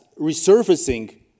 resurfacing